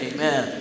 Amen